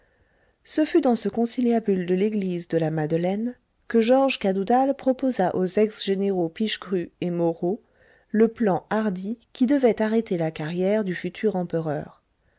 ce fut dans ce conciliabule de l'église de la madeleine que georges cadoudal proposa aux ex généraux pichegru et moreau le plan hardi qui devait arrêter la carrière du futur empereur